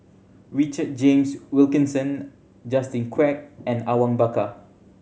Richard James Wilkinson Justin Quek and Awang Bakar